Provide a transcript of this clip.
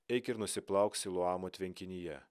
eik ir nusiplauk siloamo tvenkinyje